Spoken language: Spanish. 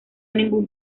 ningún